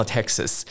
Texas